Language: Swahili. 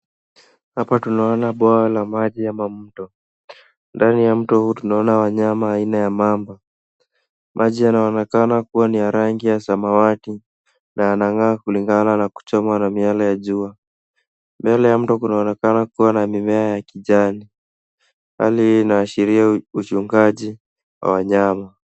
Hapa tunaona bwawa la maji ama mto. Ndani ya mto huu tunaona wanyama aina ya mamba. Maji yanaonekana kuwa ni ya rangi ya samawati na yanang'aa kulingana na kuchomwa na miale ya jua. Miale ya mto kunaonekana kuwa na mimea ya kijani. Hali hii inashiria uchungaji wa wanyama.